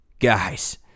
Guys